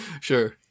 Sure